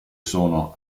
sono